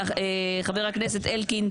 חבר הכנסת אלקין,